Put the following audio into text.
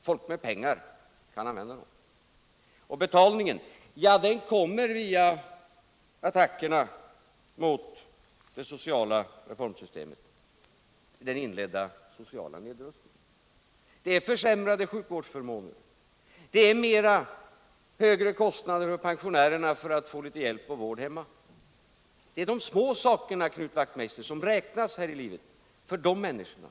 Folk med pengar kan använda dem. Och betalningen — den kommer via attackerna mot det sociala reformsystemet, den inledda sociala nedrustningen. Det är försämrade sjukvårdsförmåner och högre kostnader för pensionärerna för att få litet hjälp och vård hemma. Det är de små sakerna, Knut Wachtmeister, som räknas här i livet för de människorna.